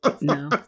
No